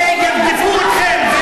אלה ירדפו אתכם.